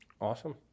Awesome